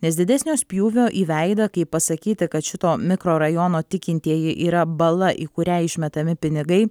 nes didesnio spjūvio į veidą kaip pasakyti kad šito mikrorajono tikintieji yra bala į kurią išmetami pinigai